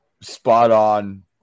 spot-on